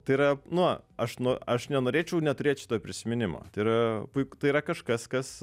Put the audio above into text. tai yra nu aš nu aš nenorėčiau neturėt šitoj prisiminimo tai yra puiku tai yra kažkas kas